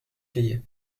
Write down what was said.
cahier